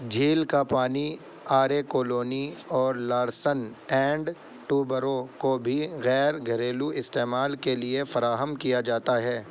جھیل کا پانی آرے کالونی اور لارسن اینڈ ٹوبرو کو بھی غیر گھریلو استعمال کے لیے فراہم کیا جاتا ہے